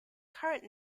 current